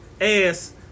ass